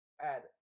add